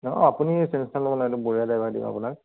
অঁ আপুনি টেনচন ল'ব নালাগে বঢ়িয়া ড্ৰাইভাৰ দিম আপোনাক